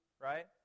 right